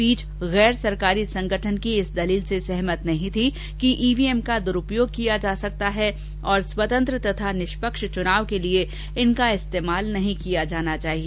पीठ गैर सरकारी संगठन के इस दलील से सहमत नहीं थी कि ईवीएम का दुरूपयोग किया जा सकता है और स्वतंत्र तथा निष्पक्ष चुनाव के लिए इनका इस्तेमाल नहीं किया जाना चाहिए